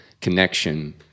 connection